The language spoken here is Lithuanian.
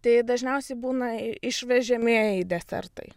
tai dažniausiai būna išvežamieji desertai